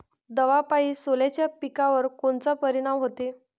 दवापायी सोल्याच्या पिकावर कोनचा परिनाम व्हते?